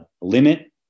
limit